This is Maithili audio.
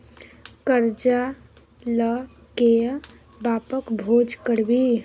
करजा ल कए बापक भोज करभी?